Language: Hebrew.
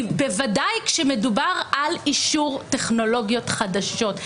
בוודאי כשמדובר על אישור טכנולוגיות חדשות.